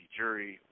jury